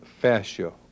fascia